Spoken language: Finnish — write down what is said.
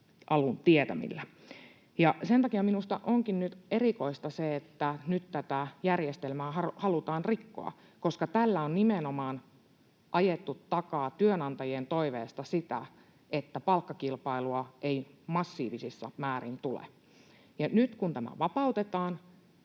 alun tietämillä. Sen takia minusta onkin erikoista se, että nyt tätä järjestelmää halutaan rikkoa, koska tällä on nimenomaan ajettu takaa työnantajien toiveesta sitä, että palkkakilpailua ei massiivisessa määrin tule. Nyt kun tämä vapautetaan,